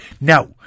Now